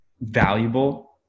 valuable